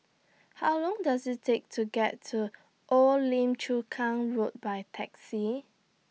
How Long Does IT Take to get to Old Lim Chu Kang Road By Taxi